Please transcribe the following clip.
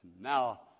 Now